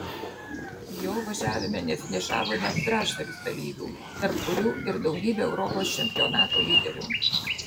jo važiavime nefinišavo net trečdalis dalyvių tarp kurių ir daugybė europos čempionato lyderių